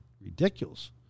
ridiculous